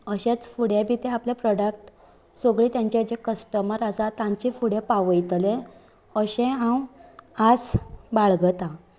अशेंच फुडें बी ते आपले प्रॉडक्ट सगळीं तेंची जी कस्टमर आसा तांचे फुडें पावयतले अशें हांव आस बाळगितां